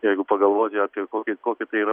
jeigu pagalvoti apie kokį kokį tai yra